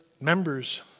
members